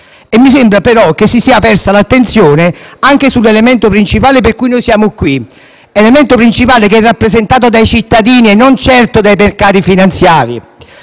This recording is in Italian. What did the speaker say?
Mi sembra che si sia persa l'attenzione sull'elemento principale per cui siamo qui, che è rappresentato dai cittadini e non certo dai mercati finanziari.